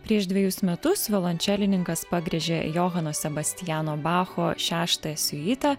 prieš dvejus metus violončelininkas pagriežė johano sebastiano bacho šeštąją siuitą